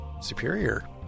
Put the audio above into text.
superior